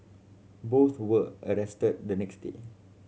both were arrested the next day